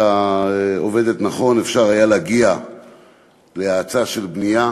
עובדת נכון אפשר היה להגיע להאצה של בנייה.